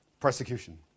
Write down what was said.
Persecution